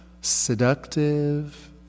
seductive